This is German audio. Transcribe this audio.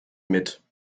mit